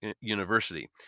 university